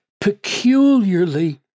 peculiarly